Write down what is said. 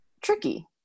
Tricky